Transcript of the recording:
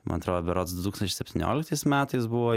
man atrodo berods du tūkstančiais septynioliktais metais buvo